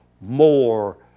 more